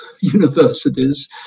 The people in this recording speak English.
universities